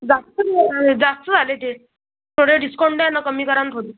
जास्त जास्त झाले ते थोडं डिस्काऊंट द्या ना कमी करा ना थोडी